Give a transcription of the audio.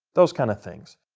those kind of things.